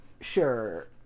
sure